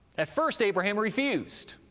at first abraham refused,